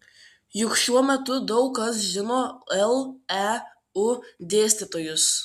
juk šiuo metu daug kas žino leu dėstytojus